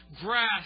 grass